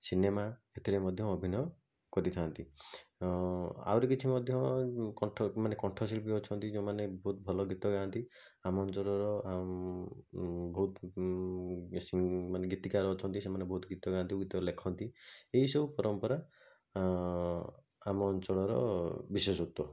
cinema ଏଥିରେ ମଧ୍ୟ ଅଭିନୟ କରିଥାନ୍ତି ଆହୁରି କିଛି ମଧ୍ୟ କଣ୍ଠ ମାନେ କଣ୍ଠଶିଳ୍ପୀ ମାନେ ଅଛନ୍ତି ଯୋଉମାନେ ଭଲ ଗୀତ ଗାଆନ୍ତି ଆମ ବେଶୀ ମାନେ ଗୀତିକାର ଅଛନ୍ତି ସେମାନେ ବହୁତ ଗୀତ ଗାଆନ୍ତି ଗୀତ ଲେଖନ୍ତି ଏଇସବୁ ପରମ୍ପରା ଆମ ଅଞ୍ଚଳର ବିଶେଷତ୍ୱ